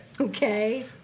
Okay